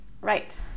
right